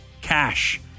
cash